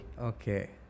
Okay